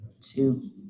two